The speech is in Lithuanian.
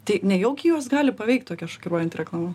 tai nejaugi juos gali paveikti tokia šokiruojanti reklama